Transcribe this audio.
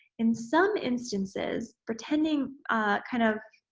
in some instances pretending kind of